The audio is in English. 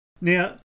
Now